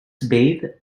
bathe